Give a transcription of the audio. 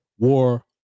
War